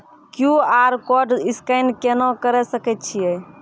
QR code scan केना करै सकय छियै?